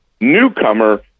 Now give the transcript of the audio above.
newcomer